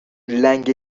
لنگ